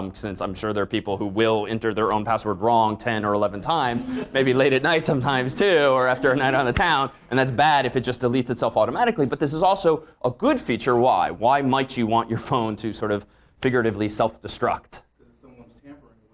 um since i'm sure there are people who will enter their own password wrong ten or eleven times maybe late at night sometimes too or after a night on the town and that's bad if it just deletes itself automatically. but this is also a good feature. why? why might you want your phone to sort of figuratively self-destruct? audience if someone's tampering